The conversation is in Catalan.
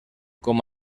com